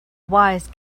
wise